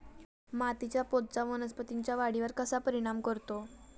मातीच्या पोतचा वनस्पतींच्या वाढीवर कसा परिणाम करतो?